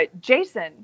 Jason